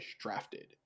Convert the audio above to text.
drafted